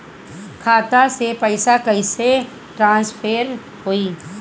खाता से पैसा कईसे ट्रासर्फर होई?